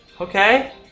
Okay